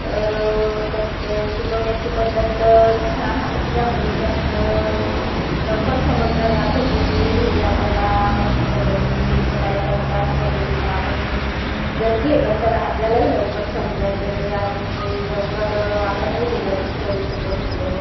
तर त्यांचं शिकण्याची पद्धत छान असल्यामुळे त्यांचं लवकर समजलं जात होतं की हे आपल्याला कशा पद्धतीने शिकवत आहे तर त्याच पद्धतीने आपण जर केलं तर आपल्यालाही लवकर समजायचं ते आणि लवकर आपणही ते गणित करू शकत होतो